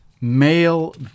male